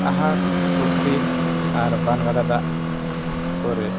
ᱩᱱᱤ ᱫᱚ ᱟᱦᱟᱨ ᱯᱩᱠᱷᱨᱤ ᱟᱨ ᱵᱟᱱ ᱜᱟᱰᱟ ᱫᱟᱜ ᱠᱚᱨᱮᱜ